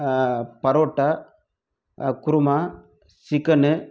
parotta kurma chicken